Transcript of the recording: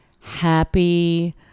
happy